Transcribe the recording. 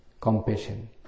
compassion